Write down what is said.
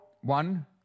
One